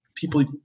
People